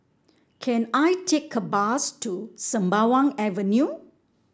can I take a bus to Sembawang Avenue